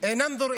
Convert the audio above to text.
להלן תרגומם: